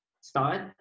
start